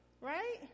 right